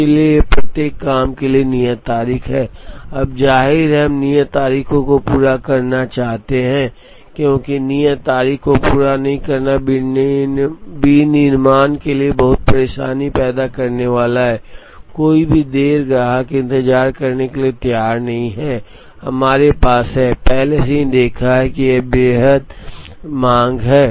इसलिए प्रत्येक काम के लिए नियत तारीख है अब जाहिर है हम नियत तारीखों को पूरा करना चाहते हैं क्योंकि नियत तारीख को पूरा नहीं करना विनिर्माण के लिए बहुत परेशानी पैदा करने वाला है कोई भी देरी ग्राहक इंतजार करने के लिए तैयार नहीं है हमारे पास है पहले से ही देखा है कि ग्राहक बेहद मांग है